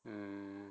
mm